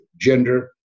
gender